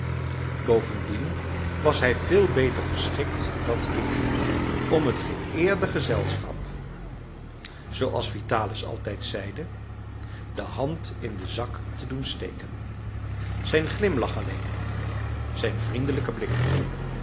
bovendien was hij veel beter geschikt dan ik om het geëerde gezelschap zooals vitalis altijd zeide de hand in den zak te doen steken zijn glimlach alleen zijn vriendelijke blik